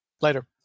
later